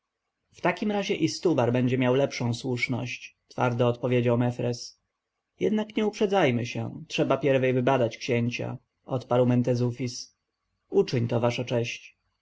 w takim razie istubar będzie miał lepszą słuszność twardo odpowiedział mefres jednak nie uprzedzajmy się trzeba pierwej wybadać księcia odparł mentezufis uczyń to wasza cześć